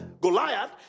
Goliath